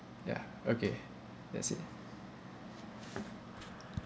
ya okay that's it